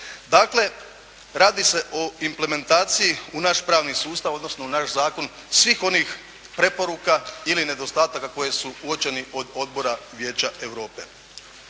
Dakle, radi se o implementaciji u naš pravni sustav, odnosno u naš zakon svih onih preporuka ili nedostataka koji su uočeni od odbora Vijeća Europe.